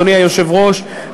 אדוני היושב-ראש,